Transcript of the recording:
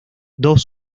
dos